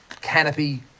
canopy